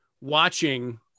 watching